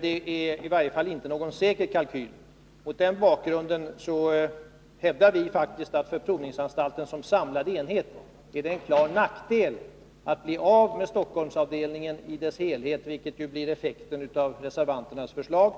Det är alltså inte någon säker kalkyl. Mot den bakgrunden hävdar vi faktiskt att det för provningsanstalten som samlad enhet skulle vara en klar nackdel, om man förlorade hela Stockholmsavdelningen. Ett förverkligande av reservanternas förslag